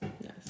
yes